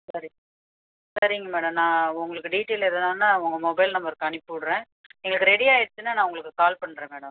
சரி சரிங்க மேடம் நான் உங்களுக்கு டீட்டைல் எதனான்னா உங்கள் மொபைல் நம்பருக்கு அனுப்பி விடுறேன் நீங்கள் இப்போ ரெடி ஆயிடுச்சுனா நான் உங்களுக்கு கால் பண்ணுறேன் மேடம்